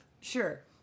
Sure